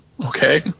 okay